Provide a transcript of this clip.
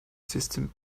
system